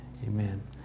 Amen